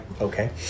Okay